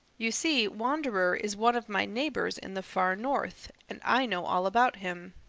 you see, wanderer is one of my neighbors in the far north, and i know all about him.